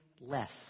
less